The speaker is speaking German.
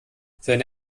seine